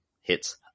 hits